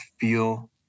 feel